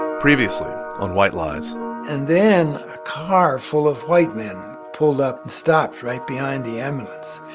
previously on white lies and then a car full of white men pulled up and stopped right behind the ambulance.